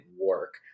work